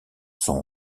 son